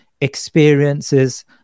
experiences